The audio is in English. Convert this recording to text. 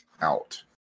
out